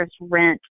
rent